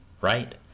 right